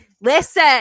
listen